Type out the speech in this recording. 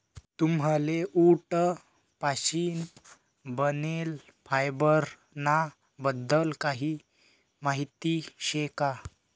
तुम्हले उंट पाशीन बनेल फायबर ना बद्दल काही माहिती शे का?